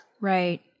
Right